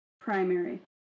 primary